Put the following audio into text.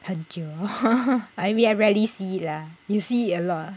很久 I mean I rarely see it lah you see it a lot ah